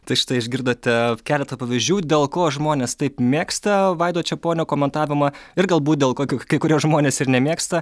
tai štai išgirdote keletą pavyzdžių dėl ko žmonės taip mėgsta vaido čeponio komentavimą ir galbūt dėl kokių kai kurie žmonės ir nemėgsta